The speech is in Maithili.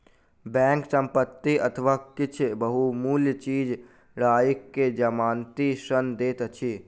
बैंक संपत्ति अथवा किछ बहुमूल्य चीज राइख के जमानती ऋण दैत अछि